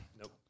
Nope